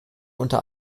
unter